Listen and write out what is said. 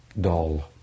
doll